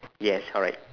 yes alright